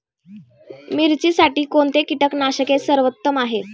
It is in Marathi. मिरचीसाठी कोणते कीटकनाशके सर्वोत्तम आहे?